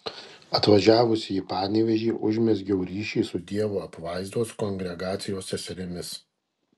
atvažiavusi į panevėžį užmezgiau ryšį su dievo apvaizdos kongregacijos seserimis